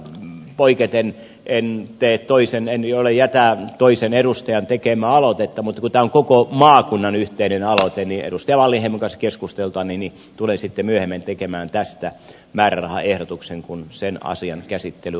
normaalisti en tekisi muutosehdotusta toisen edustajan tekemästä aloitteesta mutta kun tämä on koko maakunnan yhteinen aloite niin edustaja wallinheimon kanssa keskusteltuani tulen sitten myöhemmin tekemään tästä määrärahaehdotuksen kun sen asian käsittely on kohdalla